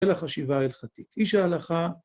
‫אלא חשיבה הלכתית. ‫איש ההלכה...